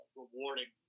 rewarding